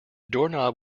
doorknob